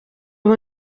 ubu